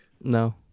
No